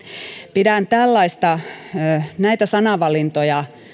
pidän näitä sanavalintoja